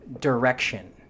direction